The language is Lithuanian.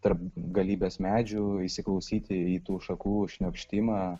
tarp galybės medžių įsiklausyti į tų šakų šniokštimą